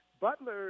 Butler –